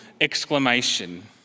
exclamation